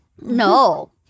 No